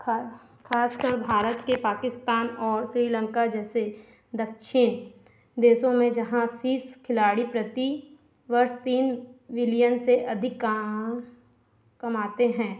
खा ख़ासकर भारत के पाकिस्तान और श्रीलंका जैसे दक्षिण देशों में जहाँ शेष खिलाड़ी प्रति वर्ष तीन विलियन से अधिक का कमाते हैं